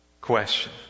question